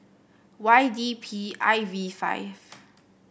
Y D P I V five